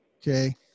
Okay